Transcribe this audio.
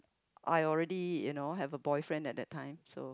I already you know have a boyfriend at that time so